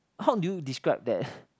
how do you describe that